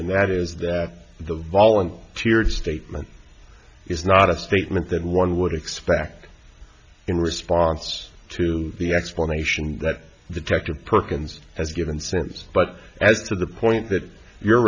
and that is that the volunteered statement is not a statement that one would expect in response to the explanation that the detective perkins has given since but as to the point that you're